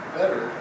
better